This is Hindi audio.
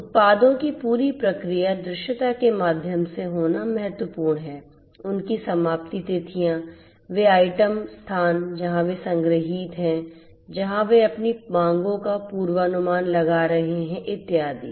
उत्पादों की पूरी प्रक्रिया दृश्यता के माध्यम से होना बहुत महत्वपूर्ण है उनकी समाप्ति तिथियां वे आइटम स्थान जहां वे संग्रहीत हैं जहां वे अपनी मांगों का पूर्वानुमान लगा रहे हैं इत्यादि